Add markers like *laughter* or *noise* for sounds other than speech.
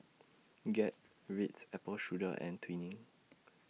Gap Ritz Apple Strudel and Twinings *noise*